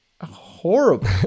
horrible